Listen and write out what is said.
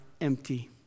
empty